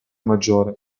maggiore